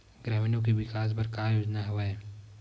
ग्रामीणों के विकास बर का योजना हवय?